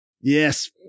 Yes